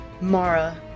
Mara